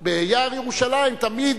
ביער ירושלים תמיד